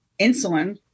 insulin